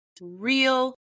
real